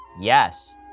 yes